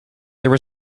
there